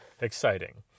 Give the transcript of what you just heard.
exciting